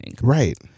right